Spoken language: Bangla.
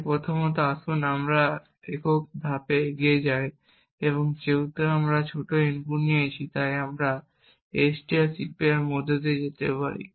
তাই প্রথমত আসুন আমরা একটি একক ধাপে এগিয়ে যাই এবং যেহেতু আমরা একটি ছোট ইনপুট দিয়েছি আমরা strcpy এর মধ্য দিয়ে যেতে পারি